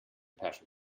passion